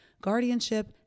guardianship